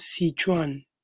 Sichuan